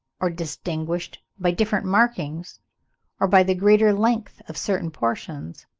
or distinguished by different markings or by the greater length of certain portions,